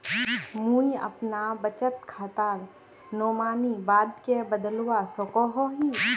मुई अपना बचत खातार नोमानी बाद के बदलवा सकोहो ही?